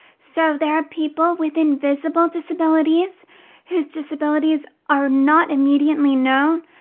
so there are people with invisible disabilities whose disabilities are not immediately known,